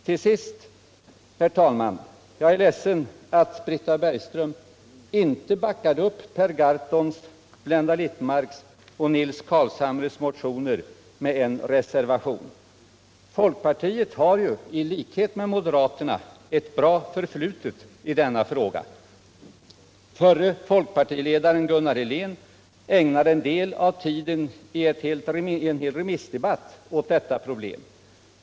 Till sist vill jag säga, herr talman, att jag är ledsen att Britta Bergström inte ställer sig bakom Per Gahrtons, Blenda Littmarcks och Nils Carls = Nr 49 hamres motioner med en reservation. Folkpartiet har ju i likhet med moderata samlingspartiet ett bra förflutet i denna fråga. Förre folkpartiledaren Gunnar Helén ägnade en del av tiden i en remissdebatt åt detta = problem.